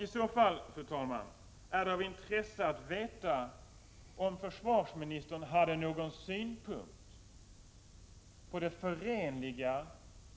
I så fall är det av intresse att veta om försvarsministern hade någon synpunkt på det förenliga